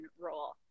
role